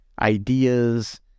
ideas